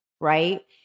right